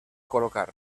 col·locar